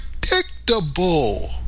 predictable